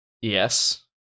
Yes